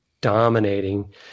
dominating